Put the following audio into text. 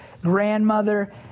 grandmother